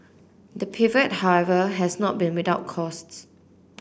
the pivot however has not been without costs